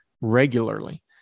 regularly